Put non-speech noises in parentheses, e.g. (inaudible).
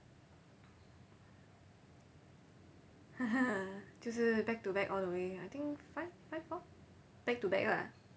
(laughs) 就是 back to back all the way I think five five four back to back lah